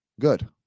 Good